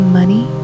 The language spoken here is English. money